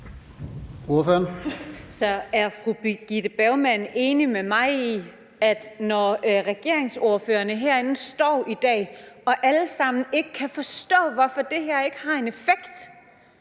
Så er fru Birgitte Bergman enig med mig i – når nu regeringsordførerne herinde alle sammen står i dag og ikke kan forstå, hvorfor det her ikke har en effekt